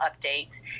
updates